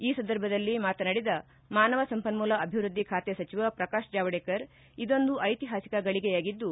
ಈ ಸಂದರ್ಭದಲ್ಲಿ ಮಾತನಾಡಿದ ಮಾನವ ಸಂಪನ್ಮೂಲ ಅಭಿವೃದ್ದಿ ಖಾತೆ ಸಚಿವ ಪ್ರಕಾಶ್ ಜಾವಡೇಕರ್ ಇದೊಂದು ಐತಿಹಾಸಿಕ ಘಳಿಗೆಯಾಗಿದ್ದು